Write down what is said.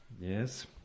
Yes